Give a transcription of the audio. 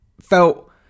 felt